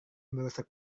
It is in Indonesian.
merusak